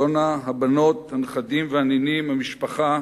יונה, הבנות, הנכדים והנינים, המשפחה,